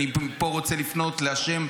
אני פה רוצה לפנות להשם,